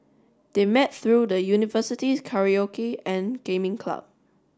they met through the university's karaoke and gaming club